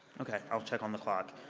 okay. i'm check on the clock.